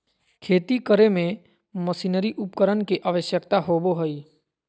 खेती करे में मशीनरी उपकरण के आवश्यकता होबो हइ